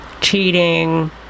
Cheating